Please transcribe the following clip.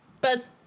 Buzz